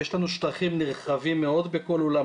יש לנו שטחים נרחבים מאוד בכל אולם,